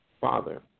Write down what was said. father